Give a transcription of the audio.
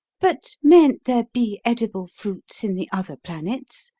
but mayn't there be edible fruits in the other planets?